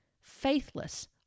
faithless